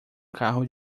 carro